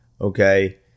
okay